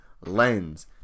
Lens